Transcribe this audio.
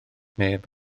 neb